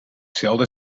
zelden